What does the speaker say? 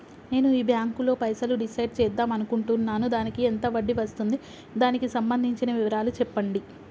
నేను ఈ బ్యాంకులో పైసలు డిసైడ్ చేద్దాం అనుకుంటున్నాను దానికి ఎంత వడ్డీ వస్తుంది దానికి సంబంధించిన వివరాలు చెప్పండి?